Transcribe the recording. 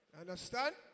Understand